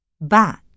Bat